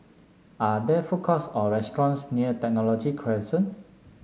are there food courts or restaurants near Technology Crescent